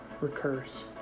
recurs